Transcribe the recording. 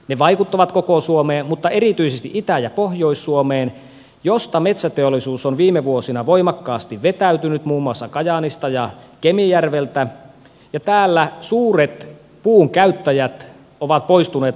ne vaikuttavat koko suomeen mutta erityisesti itä ja pohjois suomeen joista metsäteollisuus on viime vuosina voimakkaasti vetäytynyt muun muassa kajaanista ja kemijärveltä ja täällä suuret puunkäyttäjät ovat poistuneet alueilta